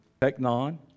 technon